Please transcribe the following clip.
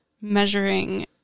measuring